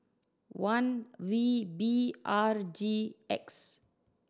one V B R G X